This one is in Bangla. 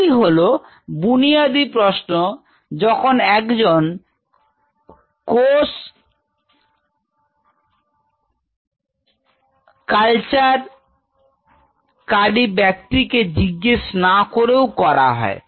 এগুলি হল বুনিয়াদি প্রশ্ন যখন একজন কোষ বর্ষণকারী ব্যক্তি কে জিজ্ঞেস না করেও করা হয়